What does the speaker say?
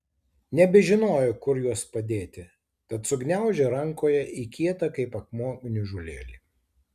nebežinojo kur juos padėti tad sugniaužė rankoje į kietą kaip akmuo gniužulėlį